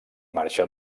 marxa